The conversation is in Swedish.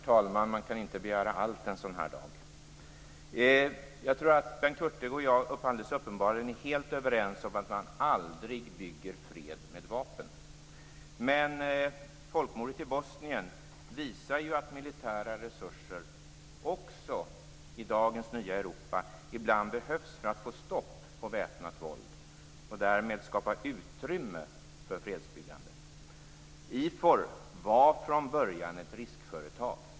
Herr talman! Jag tror att Bengt Hurtig och jag är helt överens om att man aldrig bygger fred med vapen. Men folkmordet i Bosnien visar att militära resurser också i dagens nya Europa ibland behövs för att få stopp på väpnat våld och därmed skapa utrymme för fredsbyggande. IFOR var från början ett riskföretag.